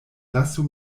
lasu